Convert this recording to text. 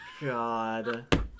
god